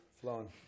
flowing